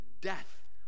death